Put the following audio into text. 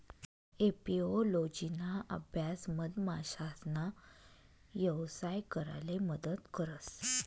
एपिओलोजिना अभ्यास मधमाशासना यवसाय कराले मदत करस